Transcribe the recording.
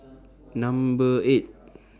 Number eight